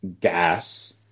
gas